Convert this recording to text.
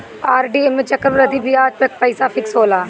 RD में चक्रवृद्धि बियाज पअ पईसा फिक्स होला